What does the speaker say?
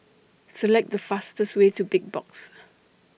Select The fastest Way to Big Box